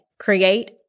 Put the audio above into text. Create